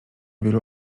wielu